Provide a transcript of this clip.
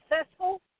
successful